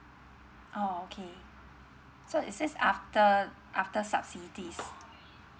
okay so is this after after subsidies